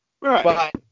Right